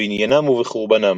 בבניינם ובחורבנם